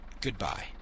Goodbye